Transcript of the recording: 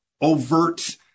overt